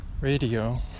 radio